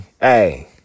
Hey